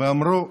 ואמרו: